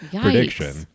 prediction